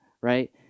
Right